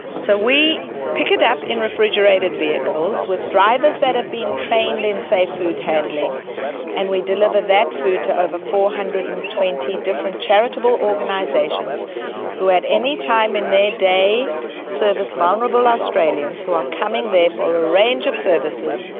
so we pick it up in refrigerated vehicles with drivers that have been trained in safe food handling and we deliver that food to over four hundred and twenty different charitable organisations who at any time in their day service vulnerable australians who are coming therefore for a range of services,